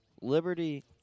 Liberty